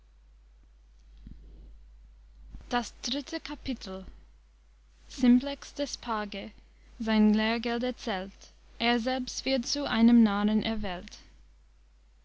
das dritte kapitel simplex des page sein lehrgeld erzählt er selbst wird zu einem narren erwählt